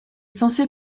censée